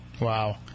Wow